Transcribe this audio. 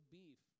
beef